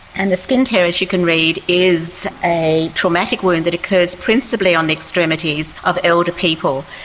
and a skin tear, as you can read, is a traumatic wound that occurs principally on the extremities of elder people.